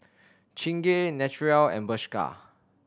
Chingay Naturel and Bershka